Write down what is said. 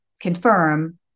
confirm